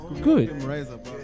good